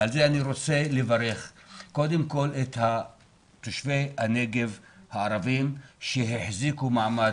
על זה אני רוצה לברך קודם כל את תושבי הנגב הערבים שהחזיקו מעמד